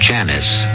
Janice